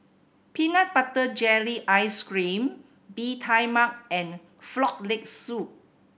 peanut butter jelly ice cream Bee Tai Mak and Frog Leg Soup